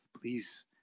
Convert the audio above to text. Please